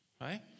right